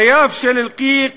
חייו של אלקיק